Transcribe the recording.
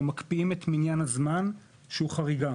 או מקפיאים את מניין הזמן שהוא חריגה.